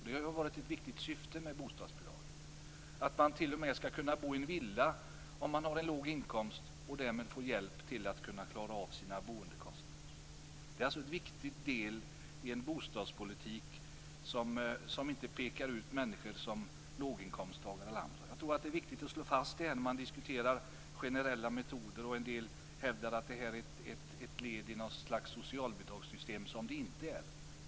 Det har varit ett viktigt syfte med bostadsbidraget att man t.o.m. skall kunna bo i en villa om man har en låg inkomst och därmed få hjälp att klara av sina boendekostnader. Det är alltså en viktig del i en bostadspolitik som inte pekar ut människor som låginkomsttagare. Jag tror att det är viktigt att slå fast det när man diskuterar generella metoder och en del hävdar att det här är ett led i något slags socialbidragssystem som det inte är.